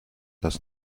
does